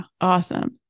awesome